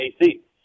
AC